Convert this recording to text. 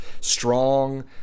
strong